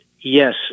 yes